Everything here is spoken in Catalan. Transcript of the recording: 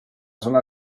zona